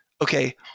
okay